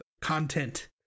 content